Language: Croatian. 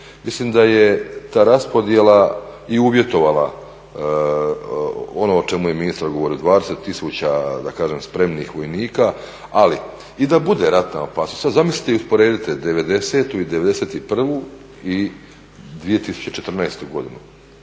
Mislim da je ta raspodjela i uvjetovala ono o čemu je ministar govorio, 20 000 spremnih vojnika, ali i da bude ratna opasnost sad zamislite i usporedite '90. i '91. i 2014. godinu,